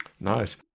Nice